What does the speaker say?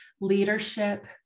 leadership